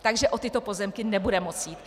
Takže o tyto pozemky nebude moct jít.